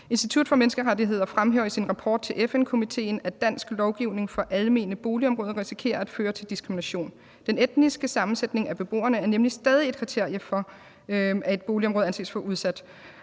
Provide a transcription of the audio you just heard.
»Institut for Menneskerettigheder fremhæver i sin rapport til FN-komiteen, at dansk lovgivning for almene boligområder risikerer at føre til diskrimination. Den etniske sammensætning af beboerne er nemlig stadig et kriterie for, om et boligområde anses for udsat.«